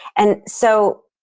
and so,